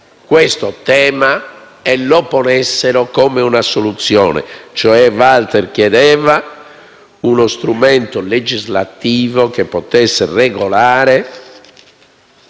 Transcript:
questo tema e lo ponessero come una soluzione. Walter chiedeva uno strumento legislativo che potesse regolare,